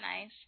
nice